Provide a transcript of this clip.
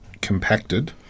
compacted